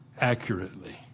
Accurately